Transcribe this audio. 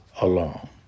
alone